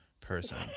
person